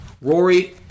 Rory